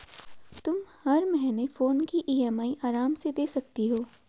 तुम हर महीने फोन की ई.एम.आई आराम से दे सकती हो